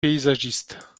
paysagiste